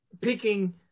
picking